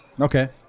Okay